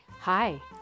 Hi